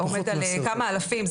עומד על כמה אלפים,